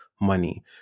money